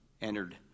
entered